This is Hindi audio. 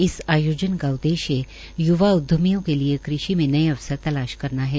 इस आयोजन का उद्देश्य य्वा उद्यमियों के लिए कृषि नए अवसर तलाश करना है